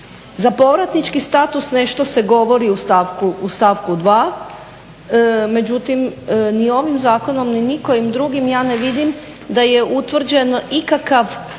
Za povratnički status nešto se govori u stavku dva, međutim ni ovim zakonom ni nikojim drugim ja ne vidim da je utvrđen ikakav